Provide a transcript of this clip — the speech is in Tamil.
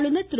ஆளுநர் திரு